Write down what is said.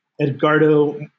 Edgardo